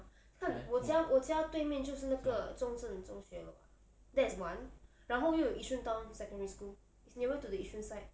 看我家我家对面就是那个中正中学了 [what] that's one 然后又有 yishun town secondary school is nearer to the yishun side